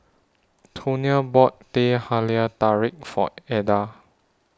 Tonia bought Teh Halia Tarik For Eda